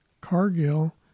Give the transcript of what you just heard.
Cargill